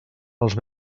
els